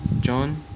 John